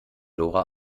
lora